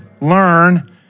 learn